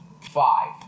five